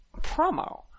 promo